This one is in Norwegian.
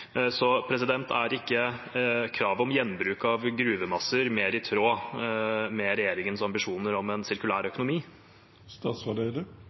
er ikke kravet om gjenbruk av gruvemasser mer i tråd med regjeringens ambisjoner om en sirkulær